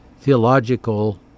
theological